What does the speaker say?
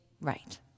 right